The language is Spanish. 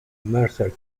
mercer